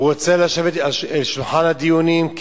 הוא רוצה לשבת לשולחן הדיונים?